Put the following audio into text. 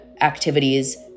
activities